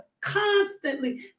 constantly